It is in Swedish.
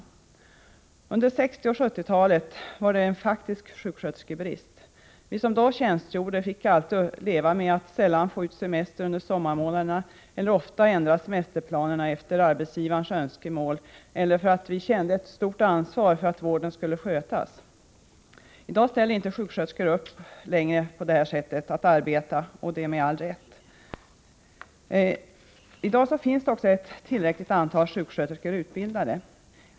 Under 1960 och 1970-talen var det en faktisk sjuksköterskebrist. Vi som då tjänstgjorde fick alltid leva med att sällan få ut semester under sommarmånaderna, eller ofta ändra semesterplanerna efter arbetsgivarens önskemål eller därför att vi kände ett stort ansvar för att vården skulle skötas. I dag ställer inte sjuksköterskor längre upp för att arbeta på det här sättet, och det med all rätt. Nu finns det också ett tillräckligt antal sjuksköterskor utbildade.